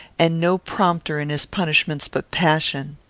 and no prompter in his punishments but passion.